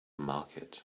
market